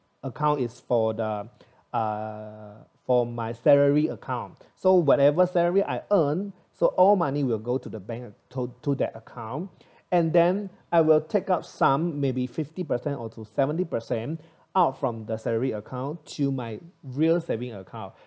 account is for the uh for my salary account so whatever salary I earn so all money will go to the bank to to their account and then I will take up some maybe fifty percent or to seventy percent out from the salary account to my real saving account